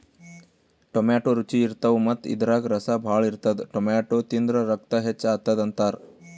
tomato ರುಚಿ ಇರ್ತವ್ ಮತ್ತ್ ಇದ್ರಾಗ್ ರಸ ಭಾಳ್ ಇರ್ತದ್ ಟೊಮ್ಯಾಟೋ ತಿಂದ್ರ್ ರಕ್ತ ಹೆಚ್ಚ್ ಆತದ್ ಅಂತಾರ್